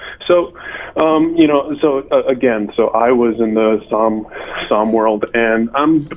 so you know so again, so i was in the som som world and i'm,